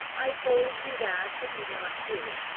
i told you that which was not true.